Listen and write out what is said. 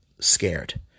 scared